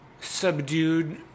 subdued